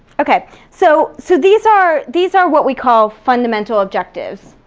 okay, so so these are these are what we call fundamental objectives.